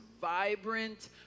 vibrant